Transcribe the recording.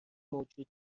موجود